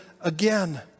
again